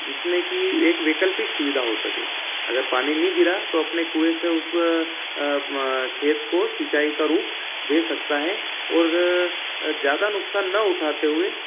जिसमें कि एक वैकल्पिक सुविधा हो सके अगर पानी नहीं गिरा तो अपने कुँए से उस म खेत को सिंचाई का रू दे सकता है और ज़्यादा नुकसान न उठाते हुए